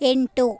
ಎಂಟು